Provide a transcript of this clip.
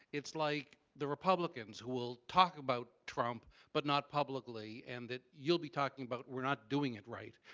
it's like the republicans who will talk about trump, but not publicly, and that you'll be talking about we're not doing it right.